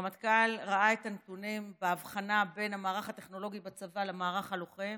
הרמטכ"ל ראה את הנתונים בהבחנה בין המערך הטכנולוגי בצבא למערך הלוחם.